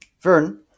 Vern